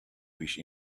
fish